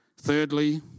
Thirdly